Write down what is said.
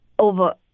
Over